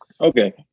Okay